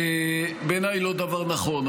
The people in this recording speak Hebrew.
בעיניי, לא דבר נכון.